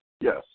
Yes